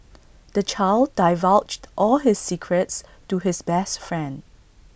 the child divulged all his secrets to his best friend